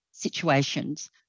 situations